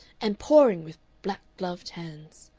and pawing with black-gloved hands.